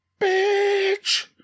bitch